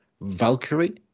Valkyrie